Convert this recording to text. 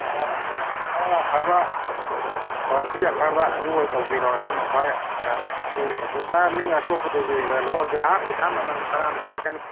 ꯑꯥ ꯑꯗꯨꯅ ꯑꯥ ꯑꯐꯕ ꯀ꯭ꯋꯥꯂꯤꯇꯤ ꯑꯐꯕ ꯑꯗꯨ ꯑꯣꯏ ꯇꯧꯕꯤꯔꯣ ꯑꯗꯨꯅ ꯈ꯭ꯋꯥꯏ ꯐꯔꯦ ꯑꯗꯣꯏꯗꯤ ꯀꯩꯁꯨ ꯑꯥ ꯃꯤ ꯑꯇꯣꯞꯄꯗꯒꯤꯒ ꯂꯧꯔꯨꯔꯗꯤ ꯑꯥ ꯄꯩꯁꯥ ꯃꯃꯜ ꯐꯅꯌꯥꯝ ꯍꯥꯏꯔꯛꯀꯅꯤ